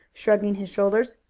shrugging his shoulders.